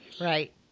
Right